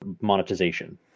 monetization